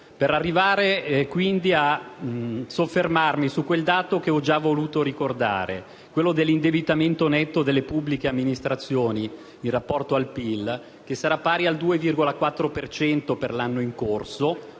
Vorrei quindi soffermarmi su quel dato, che ho già voluto ricordare, dell'indebitamento netto delle pubbliche amministrazioni in rapporto al PIL, che sarà pari al 2,4 per cento per l'anno in corso,